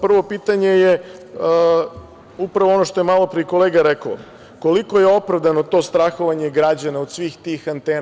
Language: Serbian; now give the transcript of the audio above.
Prvo pitanje je upravo ono što je malopre i kolega rekao – koliko je opravdano to strahovanje građana od svih tih antena?